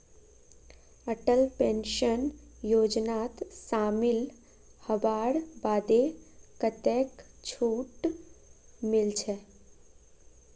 Atal pension योजनात शामिल हबार बादे कतेक छूट मिलछेक